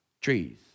trees